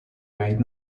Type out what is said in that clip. made